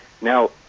now